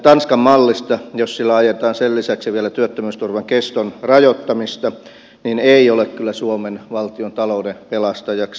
tanskan mallista jos sillä ajetaan lisäksi vielä työttömyysturvan keston rajoittamista ei ole kyllä suomen valtiontalouden pelastajaksi